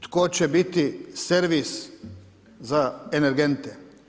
Tko će biti servis za energente?